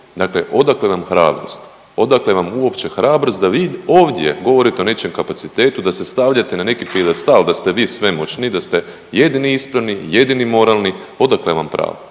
dakle odakle vam hrabrosti? Odakle vam uopće hrabrost da vi ovdje govorite o nečijem kapacitetu, da se stavljate na neki pijedestal da ste vi svemoćni, da ste jedini ispravni, jedini moralni, odakle vam pravo?